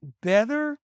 better